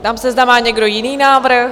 Ptám se, zda má někdo jiný návrh?